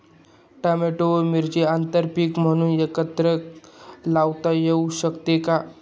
Tomato व मिरची आंतरपीक म्हणून एकत्रित लावता येऊ शकते का?